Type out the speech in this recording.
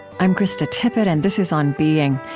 i'm krista tippett, and this is on being.